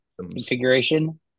configuration